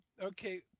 okay